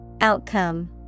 Outcome